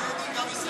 גם יהודי וגם ישראלי.